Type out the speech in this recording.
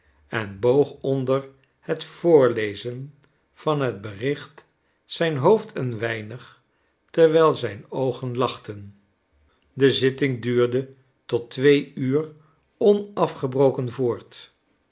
en boog onder het voorlezen van het bericht zijn hoofd een weinig terwijl zijn oogen lachten de zitting duurde tot twee uur onafgebroken voort